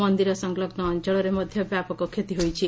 ମନ୍ଦିର ସଂଲଗୁ ଅଅଳରେ ମଧ୍ୟ ବ୍ୟାପକ କ୍ଷତି ହୋଇଛି